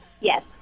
Yes